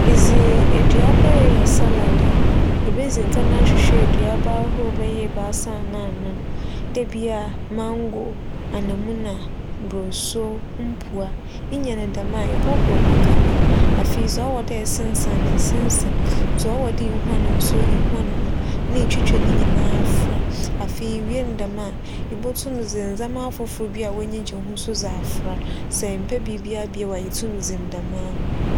Edze eduaba reyɛ salad a, ibedzi nkan ahwehwɛ eduaba ahorow bɛyɛ ebiasa anaa anan. Dɛ bi a mango, anamuna, burosuow, mpuwa. Inya no dɛm a, ehohor ho kama. Afei, dza ͻwͻ dɛ esensen ho no esensen. Dza ͻwͻ dɛ ihuan so ihuan ho na itwitwa ne nyinaa fora. Afei iwie no dɛm a ibotum dze ndzɛmba afofor bi a w'enyi gye ho so dze afora. Sɛ emmpɛ biribiara bio a, itum dzi no dɛmara.